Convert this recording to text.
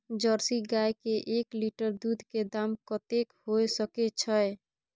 Jersey गाय के एक लीटर दूध के दाम कतेक होय सके छै?